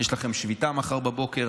ויש לכם שביתה מחר בבוקר,